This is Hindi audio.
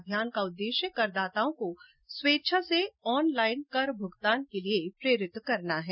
अभियान का उद्देश्य करदाताओं को स्वेच्छा से ऑनलाइन कर भुगतान के लिए प्रेरित करना है